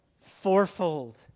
fourfold